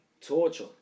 Torture